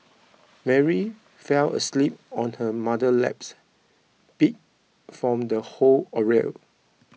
Mary fell asleep on her mother laps beat from the whole ordeal